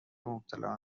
مبتلا